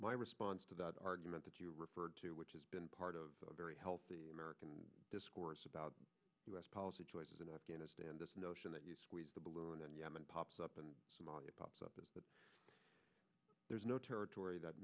my response to the argument that you referred to which has been part of very healthy american discourse about u s policy choices about afghanistan this notion that you squeeze the balloon in yemen pops up in somalia pops up but there's no territory that